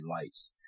lights